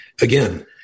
again